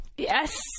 Yes